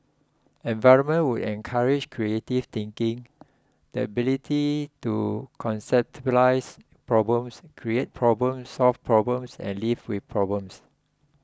environment would encourage creative thinking the ability to conceptualise problems create problems solve problems and live with problems